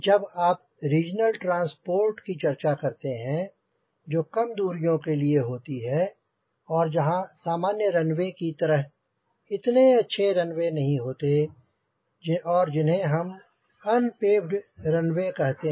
जब आप regional transport की चर्चा करते हैं जो कम दूरियों के लिए होती है और जहाँ सामान्य रनवे की तरह इतने अच्छे रनवे नहीं होते हैं और जिन्हें हम अनपेवड रनवे कहते हैं